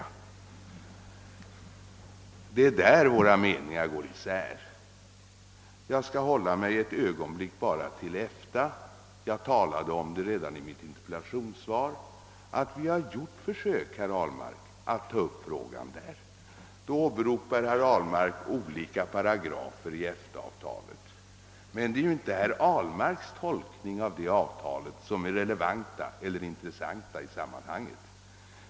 Det är där våra meningar går isär. Jag skall ett ögonblick uppehålla mig vid EFTA. I mitt interpellationssvar har jag talat om att vi har gjort försök, herr Ahlmark, att ta upp dessa frågor i EFTA. Herr Ahlmark åberopade olika paragrafer i EFTA-avtalet, men det är inte herr Ahlmarks tolkning av avtalet som är relevant eller intressant i sammanhanget.